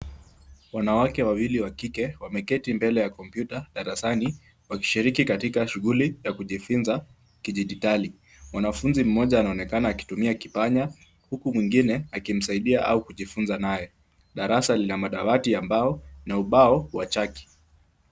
Wanawake wawili wa kike wameketi mbele ya kompyuta darasani wakishiriki katika shughui za kujifunza kidijitali. Mwanafunzi mmoja anaonekana akitumia kipanya huku mwingine akimsaidia au kujifunza naye. Darasa lina madawati ya mbao na ubao wa chaki.